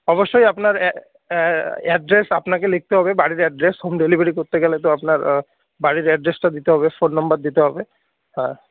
অবশ্যই আপনার অ্যাড্রেস আপনাকে লিখতে হবে বাড়ির অ্যাড্রেস হোম ডেলিভারি করতে গেলে তো আপনার বাড়ির অ্যাড্রেসটা দিতে হবে ফোন নম্বর দিতে হবে হ্যাঁ